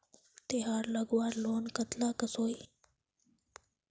तेहार लगवार लोन कतला कसोही?